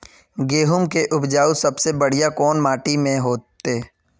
गेहूम के उपज सबसे बढ़िया कौन माटी में होते?